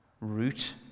root